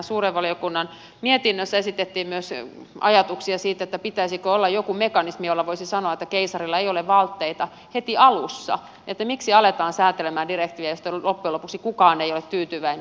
suuren valiokunnan mietinnössä esitettiin myös ajatuksia siitä pitäisikö olla joku mekanismi jolla voisi sanoa että keisarilla ei ole vaatteita heti alussa että miksi aletaan säätelemään direktiiviä josta loppujen lopuksi kukaan ei ole tyytyväinen